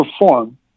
perform